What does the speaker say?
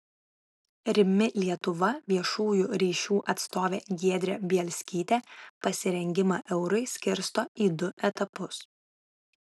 rimi lietuva viešųjų ryšių atstovė giedrė bielskytė pasirengimą eurui skirsto į du etapus